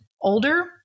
older